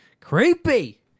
Creepy